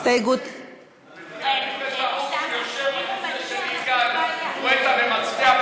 בטעות הצבעתי אצל יגאל גואטה.